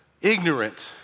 ignorant